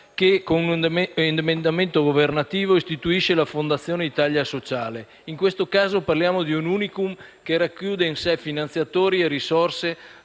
novità, l'emendamento governativo che istituisce la Fondazione Italia sociale. In questo caso parliamo di un *unicum* che racchiude in sé finanziatori e risorse